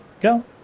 Go